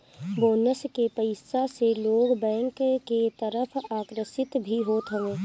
bonus के पईसा से लोग बैंक के तरफ आकर्षित भी होत हवे